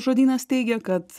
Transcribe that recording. žodynas teigia kad